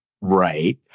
Right